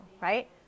Right